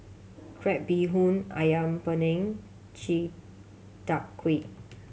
crab bee hoon Ayam Panggang chi tak kuih